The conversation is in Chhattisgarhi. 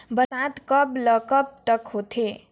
बरसात कब ल कब तक होथे?